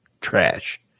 Trash